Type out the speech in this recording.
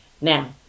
Now